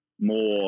more